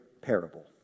parable